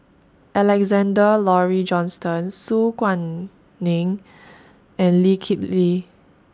Alexander Laurie Johnston Su Guaning and Lee Kip Lee